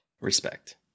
Respect